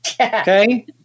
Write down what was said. Okay